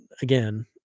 again